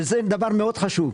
וזה דבר מאוד חשוב,